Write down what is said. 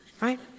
right